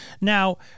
Now